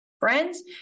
friends